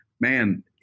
man